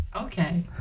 Okay